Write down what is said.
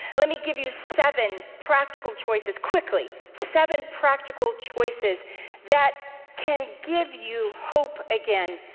let me give you seven practical choices quickly. seven practical choices that can give you hope again,